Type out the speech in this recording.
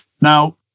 Now